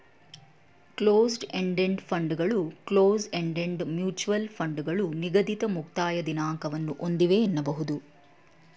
closed ended ಫಂಡ್ಗಳು close ended mutual ಫಂಡ್ಗಳು ನಿಗದಿತ ಮುಕ್ತಾಯ ದಿನಾಂಕವನ್ನ ಒಂದಿವೆ ಎನ್ನಬಹುದು